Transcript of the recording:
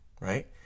right